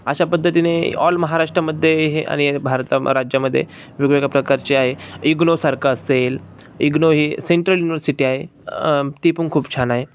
अशा पद्धतीने ऑल महाराष्ट्रामध्ये हे आंणि भारता राज्यामध्ये वेगवेगळ्या प्रकारचे आहे इग्नोसारखं असेल इग्नो ही सेंट्रल युनिव्हर्सिटी आहे ती पण खूप छान आहे